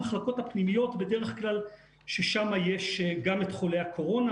במחלקות ששם יש את חולי הקורונה,